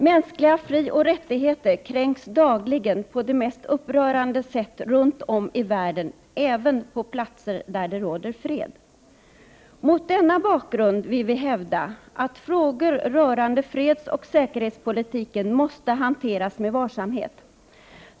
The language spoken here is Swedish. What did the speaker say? Mänskliga frioch rättigheter kränks dagligen på det mest upprörande sätt runt om i världen, även på platser där det råder fred. Mot denna bakgrund vill vi hävda att frågor rörande fredsoch säkerhetspolitiken måste hanteras med varsamhet.